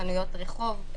חנויות רחוב,